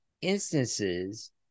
instances